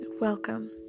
welcome